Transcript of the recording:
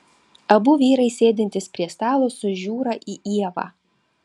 abu vyrai sėdintys prie stalo sužiūra į ievą